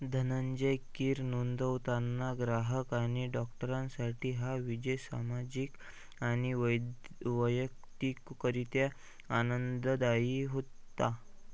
धनंजय कीर नोंदवताना ग्राहक आणि डॉक्टरांसाठी हा विजय सामाजिक आणि वैद वैयक्तिककरीत्या आनंददायी होता